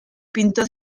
pintó